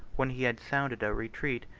when he had sounded a retreat,